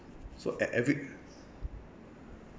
so ev~ every